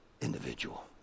individual